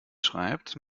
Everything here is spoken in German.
schreibt